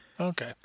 Okay